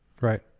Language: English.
Right